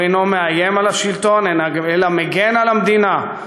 הוא אינו מאיים על השלטון אלא מגן על המדינה,